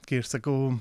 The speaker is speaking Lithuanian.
kai aš sakau